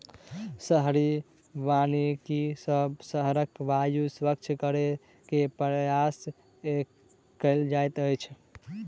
शहरी वानिकी सॅ शहरक वायु स्वच्छ करै के प्रयास कएल जाइत अछि